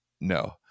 no